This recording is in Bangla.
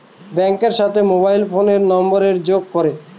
ব্যাঙ্কের সাথে মোবাইল ফোনের নাম্বারের যোগ করে